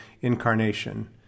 incarnation